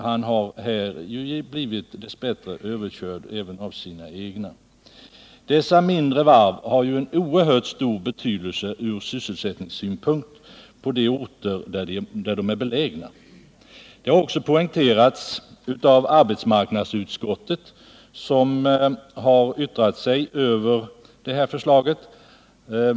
Här har han dess bättre blivit överkörd även av sina egna. Dessa mindre varv har ju en oerhört stor betydelse från sysselsättningssynpunkt på de orter där de är belägna. Det har också poängterats av arbetsmarknadsutskottet, som yttrat sig över detta förslag.